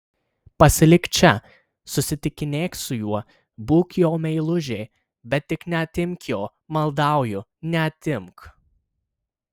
pasilik čia susitikinėk su juo būk jo meilužė bet tik neatimk jo maldauju neatimk